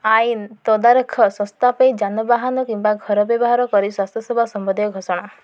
ଆଇନ୍ ତଦାରଖ ସଂସ୍ଥା ପାଇଁ ଯାନବାହାନ କିମ୍ବା ଘର ବ୍ୟବହାର କରି ସ୍ୱାସ୍ଥ୍ୟସେବା ସମ୍ବନ୍ଧୀୟ ଘୋଷଣା